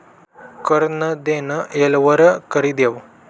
कर नं देनं येळवर करि देवं